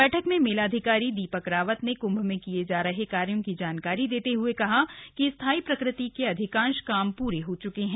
बैठक में मेलाधिकारी दी क रावत ने क्ंभ में किये जा रहे कार्यों की जानकारी देते हुए कहा कि स्थाई प्रकृति के अधिकांश काम प्रे हो चुके हैं